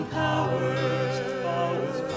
powers